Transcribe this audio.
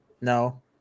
No